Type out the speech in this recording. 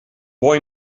boy